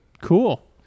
Cool